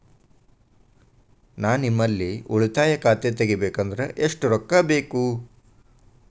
ನಾ ನಿಮ್ಮಲ್ಲಿ ಉಳಿತಾಯ ಖಾತೆ ತೆಗಿಬೇಕಂದ್ರ ಎಷ್ಟು ರೊಕ್ಕ ಬೇಕು?